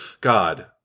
God